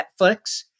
Netflix